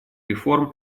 реформ